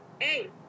hey